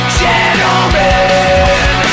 gentlemen